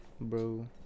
Bro